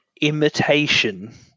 imitation